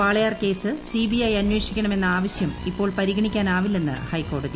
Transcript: Walayar case CBI അന്നേഷ്ട്രിക്ക്ണമെന്ന ആവശ്യം ഇപ്പോൾ പരിഗണിക്കാനാവില്ലെന്ന് ഏഹെക്കോടതി